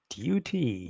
duty